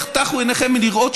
איך טחו עיניכם מלראות,